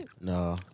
No